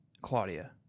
Claudia